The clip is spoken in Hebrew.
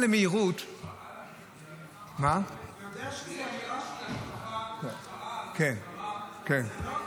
--- דרך אגב, כן, כן,